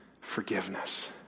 forgiveness